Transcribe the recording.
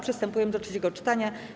Przystępujemy do trzeciego czytania.